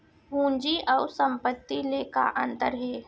पूंजी अऊ संपत्ति ले का अंतर हे?